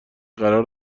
قرار